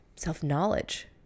self-knowledge